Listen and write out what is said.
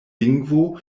lingvo